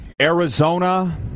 Arizona